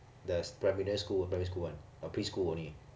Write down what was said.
the primary school primary school [one] or preschool only